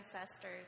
ancestors